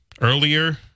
earlier